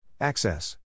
Access